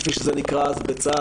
כפי שזה נקרא אז בצה"ל,